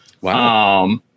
Wow